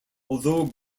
although